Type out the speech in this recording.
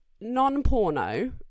non-porno